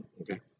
okay